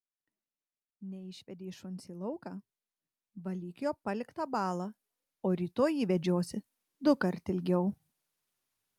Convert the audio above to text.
neišvedei šuns į lauką valyk jo paliktą balą o rytoj jį vedžiosi dukart ilgiau